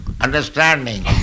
understanding